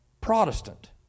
Protestant